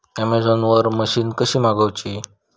Amazon वरन machine कशी मागवची?